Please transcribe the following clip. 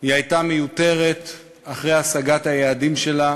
היא הייתה מיותרת אחרי השגת היעדים שלה